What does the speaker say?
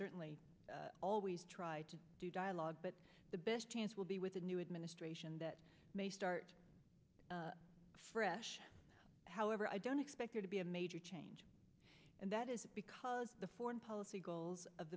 certainly always try to do dialogue but the best chance will be with a new administration that may start fresh however i don't expect there to be a major change and that is because the foreign policy goals of